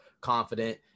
confident